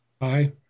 Aye